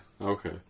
Okay